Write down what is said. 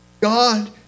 God